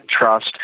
trust